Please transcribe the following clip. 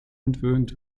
entwöhnt